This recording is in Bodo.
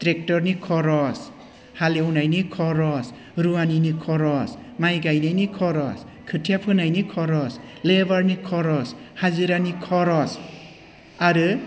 ट्रेक्टरनि खरस हाल एवनायनि खरस रुवानिनि खरस माइ गायनायनि खरस खोथिया फोनायनि खरस लेबारनि खरस हाजिरानि खरस आरो